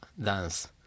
dance